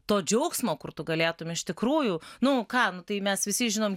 to džiaugsmo kur tu galėtum iš tikrųjų nu ką nu tai mes visi žinom